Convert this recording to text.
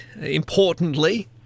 importantly